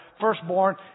firstborn